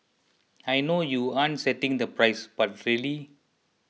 I know you aren't setting the price but really